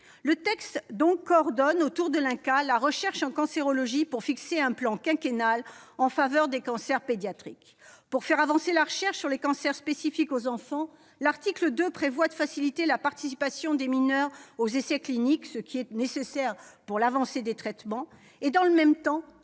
Le texte coordonne autour de l'INCa la recherche en cancérologie pour fixer un plan quinquennal en faveur des cancers pédiatriques. Pour faire avancer la recherche sur les cancers spécifiques aux enfants, l'article 2 prévoit de faciliter la participation des mineurs aux essais cliniques. Dans le même temps,